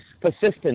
persistence